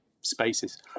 spaces